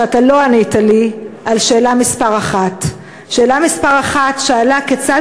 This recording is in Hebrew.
שלא ענית לי על שאלה מס' 1. שאלה מס' 1 שאלה כיצד